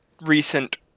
recent